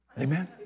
Amen